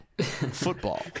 football